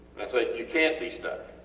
and i say, you cant be stuck.